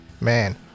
Man